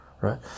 right